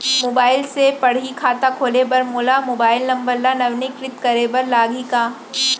Mobile से पड़ही खाता खोले बर मोला मोबाइल नंबर ल नवीनीकृत करे बर लागही का?